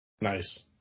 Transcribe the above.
Nice